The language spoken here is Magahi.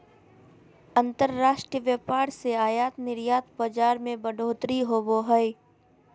अंतर्राष्ट्रीय व्यापार से आयात निर्यात बाजार मे बढ़ोतरी होवो हय